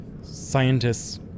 scientists